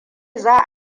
za